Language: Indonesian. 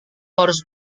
harus